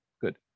good